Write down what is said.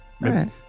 Right